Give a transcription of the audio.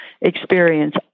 experience